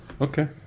Okay